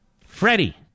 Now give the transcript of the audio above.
Freddie